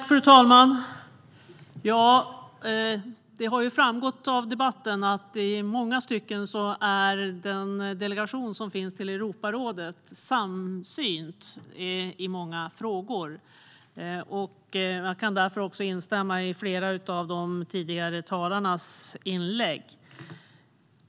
Fru talman! Det har framgått av debatten att den delegation som finns till Europarådet är samsynt i många frågor, och jag kan därför också instämma i flera av de tidigare talarnas inlägg.